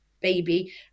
baby